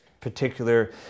particular